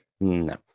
No